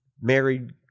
married